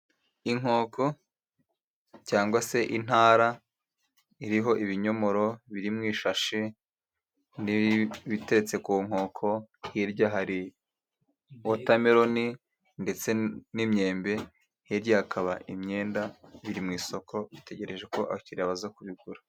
Inkoko cyangwa se intara iriho ibinyomoro biri mu ishashi n'ibiteretse ku nkoko hirya hari wotameloni ndetse n'imyembe hirya hakaba imyenda iri mu isoko itegereje ko abakiraya baza kubigura.